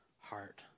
heart